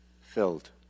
filled